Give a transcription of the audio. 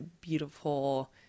beautiful